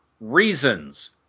reasons